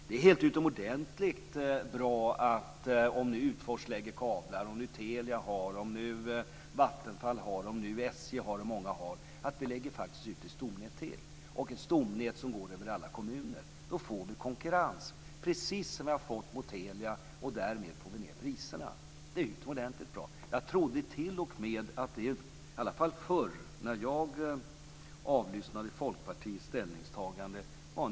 Det är utomordentligt bra att vi faktiskt lägger ut ett stomnät till, även om Utfors lägger kablar och om Telia, Vattenfall, SJ och många andra har kablar. Detta kommer att bli ett stomnät som går över alla kommuner. Då får vi konkurrens, precis som vi har fått mot Telia. Därmed får vi ned priserna. Det är utomordentligt bra. Jag trodde t.o.m. att det var en mycket liberal tanke, så var det i alla fall förr när jag avlyssnade Folkpartiets ställningstaganden.